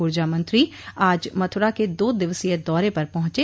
ऊर्जा मंत्री आज मथुरा के दो दिवसीय दौरे पर पहुंचे